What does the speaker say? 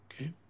Okay